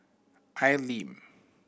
Al Lim